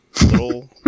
Little